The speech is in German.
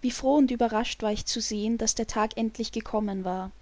wie froh und überrascht war ich zu sehen daß der tag endlich gekommen war